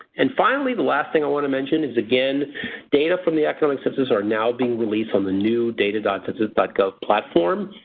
and finally the last thing i want to mention is again data from the economic census are now being released on the new data census but gov platform.